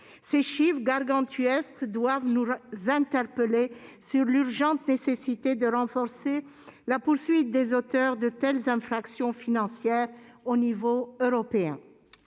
Ces chiffres, gargantuesques, doivent nous interpeller sur l'urgente nécessité de renforcer la poursuite des auteurs de telles infractions financières, au niveau européen.